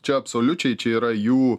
čia absoliučiai čia yra jų